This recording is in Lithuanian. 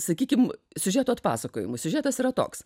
sakykim siužeto atpasakojimu siužetas yra toks